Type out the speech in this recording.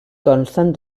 consten